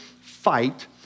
fight